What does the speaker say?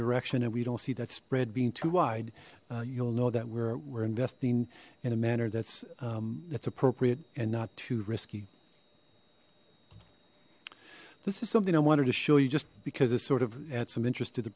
direction and we don't see that spread being too wide you'll know that where we're investing in a manner that's that's appropriate and not too risky this is something i wanted to show you just because it sort of adds some interest to the